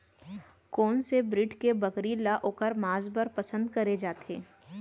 कोन से ब्रीड के बकरी ला ओखर माँस बर पसंद करे जाथे?